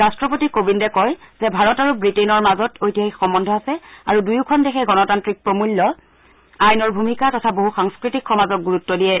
ৰাষ্ট্ৰপতি কোবিন্দে কয় যে ভাৰত আৰু ৱিটেইনৰ মাজত ঐতিহাসিক সম্বন্ধ আছে আৰু দূয়োখন দেশে গণতান্ত্ৰিক প্ৰমূল্য আইনৰ ভূমিকা তথা বহুসাংস্থতিক সমাজক গুৰুত্ব দিয়ে